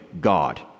God